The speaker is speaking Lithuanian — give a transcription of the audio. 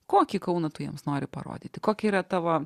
kokį kauną tu jiems nori parodyti kokie yra tavo